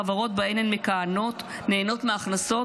החברות שבהן הן מכהנות נהנות מההכנסות